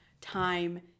time